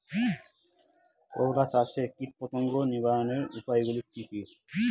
করলা চাষে কীটপতঙ্গ নিবারণের উপায়গুলি কি কী?